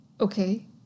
Okay